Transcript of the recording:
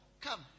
Come